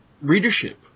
readership